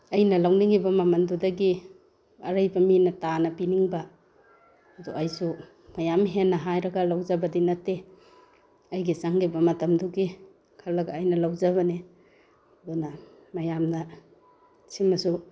ꯑꯩꯅ ꯂꯧꯅꯤꯡꯏꯕ ꯃꯃꯟꯗꯨꯗꯒꯤ ꯑꯔꯩꯕ ꯃꯤꯅ ꯇꯥꯅ ꯄꯤꯅꯤꯡꯕ ꯑꯗꯨ ꯑꯩꯁꯨ ꯃꯌꯥꯝ ꯍꯦꯟꯅ ꯍꯥꯏꯔꯒ ꯂꯧꯖꯕꯗꯤ ꯅꯠꯇꯦ ꯑꯩꯒꯤ ꯆꯪꯈꯤꯕ ꯃꯇꯝꯗꯨꯒꯤ ꯈꯜꯂꯒ ꯑꯩꯅ ꯂꯧꯖꯕꯅꯤ ꯑꯗꯨꯅ ꯃꯌꯥꯝꯅ ꯁꯤꯃꯁꯨ